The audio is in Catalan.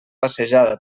passejada